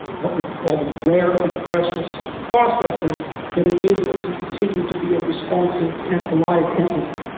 what we call rare and precious processes, that enable it to continue to be a responsive and alive entity.